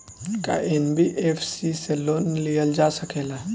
का एन.बी.एफ.सी से लोन लियल जा सकेला?